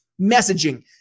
messaging